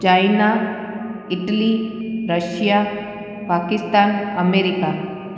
China Italy Russia Pakistan America